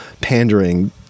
pandering